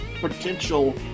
potential